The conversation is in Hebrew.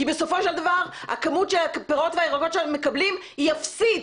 כי בסופו של דבר הכמות של הפירות והירקות שהם מקבלים היא אפסית,